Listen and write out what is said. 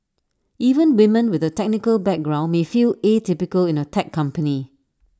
even women with A technical background may feel atypical in A tech company